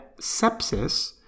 sepsis